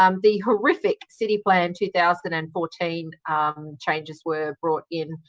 um the horrific city plan two thousand and fourteen um changes were brought in.